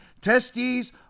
testes